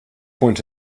point